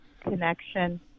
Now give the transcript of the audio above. connection